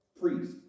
priest